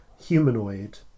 humanoid